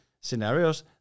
scenarios